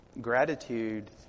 Gratitude